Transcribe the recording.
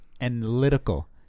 analytical